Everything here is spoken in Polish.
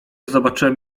zobaczyłem